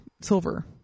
silver